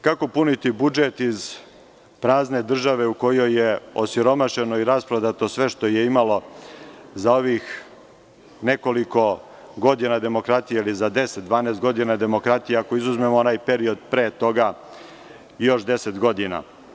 Kako puniti budžet iz prazne države u kojoj je osiromašeno i rasprodato sve što je imalo za ovih nekoliko godina demokratije ili za 10, 12 godina demokratije, ako izuzmemo onaj period pre toga, još 10 godina?